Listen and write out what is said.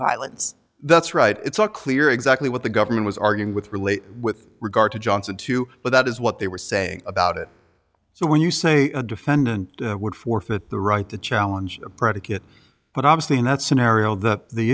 violence that's right it's not clear exactly what the government was arguing with relate with regard to johnson too but that is what they were so saying about it so when you say a defendant would forfeit the right to challenge a predicate but obviously in that scenario the the